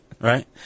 Right